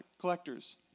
collectors